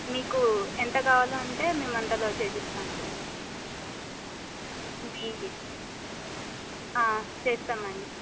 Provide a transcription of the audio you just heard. మీకు ఎంత కావాలోంటే మేమంతాలో చేసిస్తానండి మీ చేస్తామండి